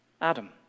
Adam